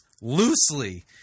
loosely